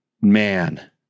man